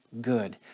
good